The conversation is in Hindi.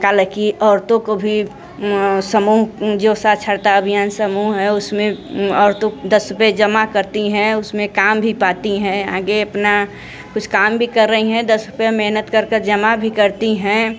कल की औरतों को भी समूह जो साक्षरता अभियान समूह है उसमें औरतों दस रुपए जमा करती हैं उसमें काम भी पाती हैं आगे अपना कुछ काम भी कर रही हैं दस रुपया मेहनत कर कर जमा भी करती हैं